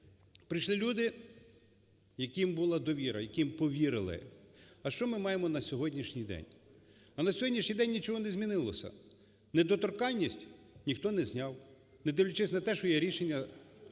Прийшли люди, яким була довіра, яким повірили. А що ми маємо на сьогоднішній день? А на сьогоднішній день нічого не змінилося, недоторканність ніхто не зняв, не дивлячись на те, що є рішення